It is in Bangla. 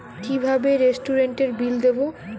কিভাবে রেস্টুরেন্টের বিল দেবো?